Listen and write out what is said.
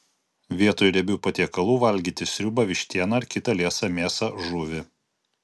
vietoj riebių patiekalų valgyti sriubą vištieną ar kitą liesą mėsą žuvį